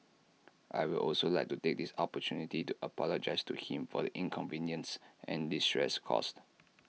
I will also like to take this opportunity to apologise to him for the inconveniences and distress caused